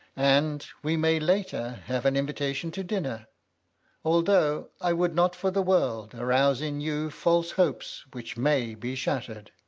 and we may later have an invitation to dinner although i would not for the world arouse in you false hopes which may be shattered.